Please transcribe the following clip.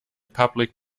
public